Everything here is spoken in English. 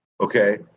Okay